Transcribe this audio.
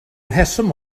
rheswm